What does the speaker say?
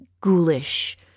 ghoulish